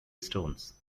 stones